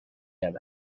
رود